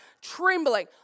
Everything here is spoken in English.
trembling